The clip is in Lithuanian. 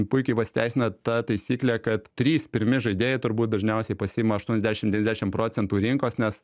puikiai pasiteisina ta taisyklė kad trys pirmi žaidėjai turbūt dažniausiai pasiima aštuoniasdešim devyniasdešim procentų rinkos nes